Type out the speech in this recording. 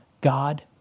God